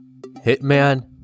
Hitman